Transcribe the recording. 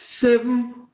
seven